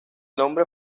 nombre